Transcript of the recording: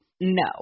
no